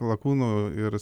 lakūnų ir